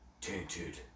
Tainted